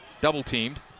double-teamed